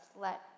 let